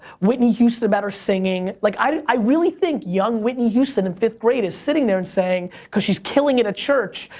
whitney houston about her singing, like, i really think young whitney houston in fifth grade is sitting there and saying, because she's killing it at church,